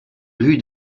rue